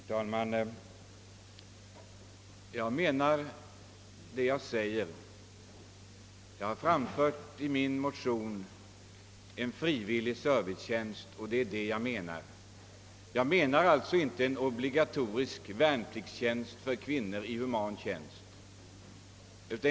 Herr talman! Jag menar vad jag säger. I min motion har jag fört fram tanken på en frivillig servicetjänst. Jag menar alltså inte obligatorisk värnpliktstjänst för kvinnor.